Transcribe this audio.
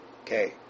Okay